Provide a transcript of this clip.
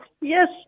Yes